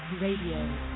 Radio